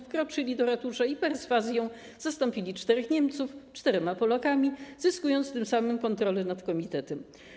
Wkroczyli do ratusza i perswazją zastąpili czterech Niemców czterema Polakami, zyskując tym samym kontrolę nad komitetem.